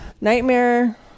Nightmare